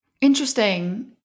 Interesting